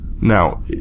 Now